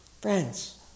friends